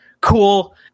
cool